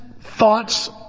thoughts